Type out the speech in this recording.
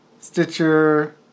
Stitcher